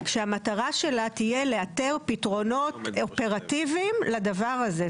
שהמטרה שלה לאתר פתרונות אופרטיביים לדבר הזה.